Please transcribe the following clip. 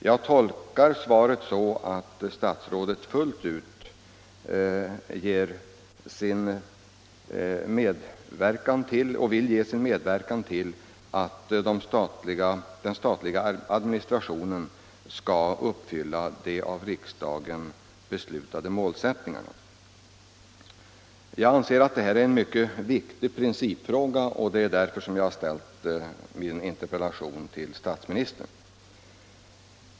Jag tolkar svaret så att statsrådet fullt ut vill ge sin medverkan till att den statliga administrationen skall uppfylla de av riksdagen beslutade målsättningarna. Jag anser att detta är en mycket viktig principfråga — det var därför jag ställde min interpellation till statsministern.